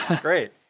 Great